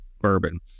bourbon